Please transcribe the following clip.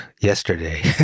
yesterday